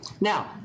Now